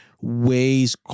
ways